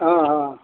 ಹಾಂ ಹಾಂ